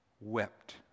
wept